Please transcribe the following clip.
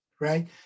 right